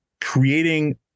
creating